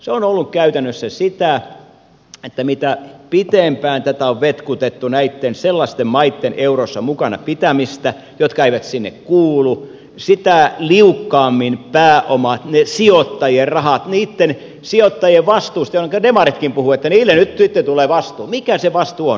se on ollut käytännössä sitä että mitä pitempään on vetkutettu sellaisten maitten eurossa mukana pitämistä jotka eivät sinne kuulu sitä liukkaammin pääoma ne sijoittajien rahat niitten sijoittajien joista demaritkin puhuvat että niille nyt sitten tulee vastuu mikä se vastuu on